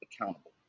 accountable